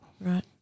Right